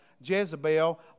Jezebel